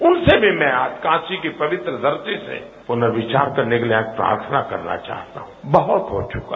उनसे भी मैं आज काशी की पवित्र धरती से पुनर्विचार करने के लिए आज प्रार्थना करना चाहता हूं बहुत हो चुका